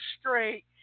straight